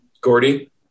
Gordy